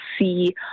see